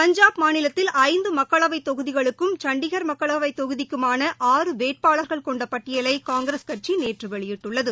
பஞ்சாப் மாநிலத்தில் ஐந்துமக்களவைத் தொகுதிகளுக்கும் சண்டிகர் மக்களவைத் தொகுதிக்குமான ஆறு வேட்பாளர்கள் கொண்டபட்டியலைகாங்கிரஸ் கட்சிநேற்றவெளியிட்டுள்ளது